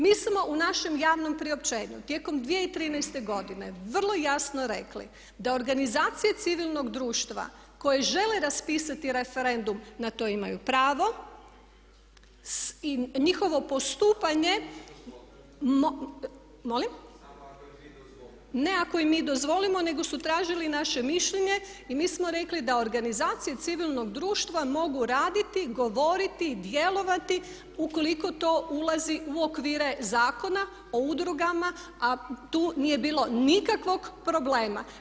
Mi smo u našem javnom priopćenju tijekom 2013. godine vrlo jasno rekli da organizacije civilnog društva koje žele raspisati referendum na to imaju pravo i njihovo postupanje …… [[Upadica se ne čuje.]] Molim? … [[Upadica se ne čuje.]] Ne ako im mi dozvolimo nego su tražili naše mišljenje i mi smo rekli da organizacije civilnog društva mogu raditi, govoriti, djelovati ukoliko to ulazi u okvire Zakona o udrugama a tu nije bilo nikakvog problema.